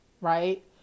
Right